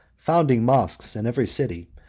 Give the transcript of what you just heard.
founding mosques in every city,